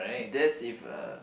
that's if uh